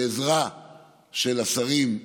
בעזרה של השרים,